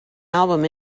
album